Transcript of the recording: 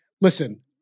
listen